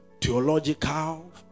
theological